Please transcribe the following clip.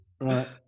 Right